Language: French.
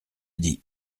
dit